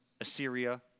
Assyria